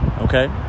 Okay